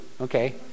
Okay